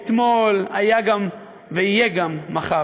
אתמול, היה גם ויהיה גם מחר.